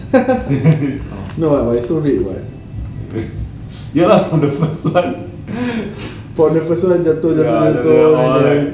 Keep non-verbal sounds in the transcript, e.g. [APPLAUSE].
[LAUGHS] no ah but it's so red [what] from the first one jatuh jatuh jatuh